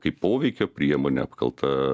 kaip poveikio priemonė apkalta